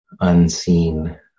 unseen